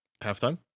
Halftime